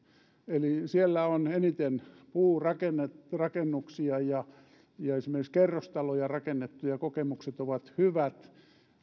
eli siellä on eniten puurakennuksia puurakennuksia ja esimerkiksi puukerrostaloja rakennettu ja kokemukset ovat hyvät